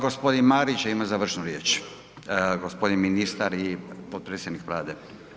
Gospodin Marić ima završnu riječ, gospodin ministar i potpredsjednik Vlade.